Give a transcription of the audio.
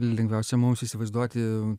lengviausia mums įsivaizduoti